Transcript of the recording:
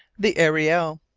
the ariel,